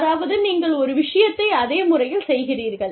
அதாவது நீங்கள் ஒரு விஷயத்தை அதே முறையில் செய்கிறீர்கள்